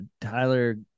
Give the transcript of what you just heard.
tyler